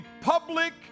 public